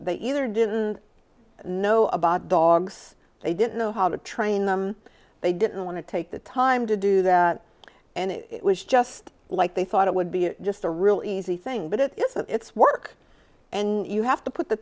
they either didn't know about dogs they didn't know how to train them they didn't want to take the time to do that and it was just like they thought it would be just a really easy thing but it is a it's work and you have to put the